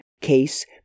case